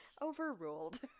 overruled